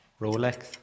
Rolex